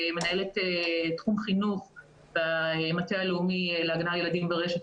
מנהלת תחום חינוך במטה הלאומי להגנה על ילדים ברשת,